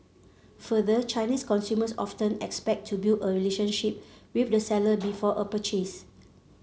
further Chinese consumers often expect to build a relationship with the seller before a purchase